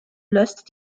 löst